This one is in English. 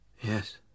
yes